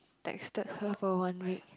texted her for one week